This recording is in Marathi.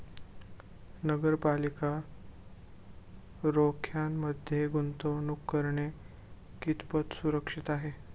नगरपालिका रोख्यांमध्ये गुंतवणूक करणे कितपत सुरक्षित आहे?